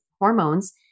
hormones